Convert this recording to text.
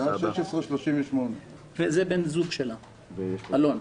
בשעה 16:38. זה בן הזוג שלה, אלון.